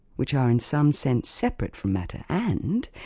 which are in some sense separate from matter, and,